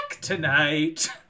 tonight